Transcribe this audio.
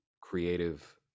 creative